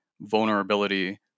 vulnerability